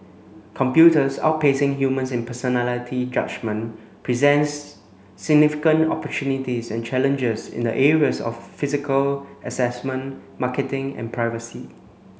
computers outpacing humans in personality judgement presents significant opportunities and challenges in the areas of physical assessment marketing and privacy